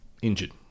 Injured